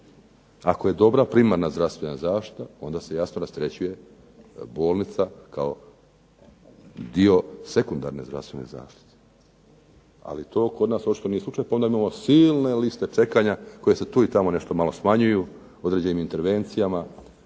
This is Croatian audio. Ako je dobra primarna zdravstvena zaštita onda se jasno rasterećuje bolnica kao dio sekundarne zdravstvene zaštite. Ali to kod nas očito nije slučaj pa onda imamo silne liste čekanja koje se tu i tamo nešto malo smanjuju određenim intervencijama,